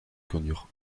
connurent